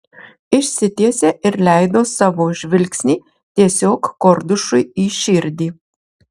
išsitiesė ir leido savo žvilgsnį tiesiog kordušui į širdį